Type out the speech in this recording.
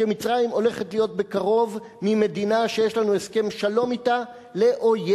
שמצרים הולכת להפוך בקרוב ממדינה שיש לנו הסכם שלום אתה לאויב.